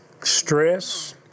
Stress